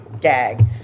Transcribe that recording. gag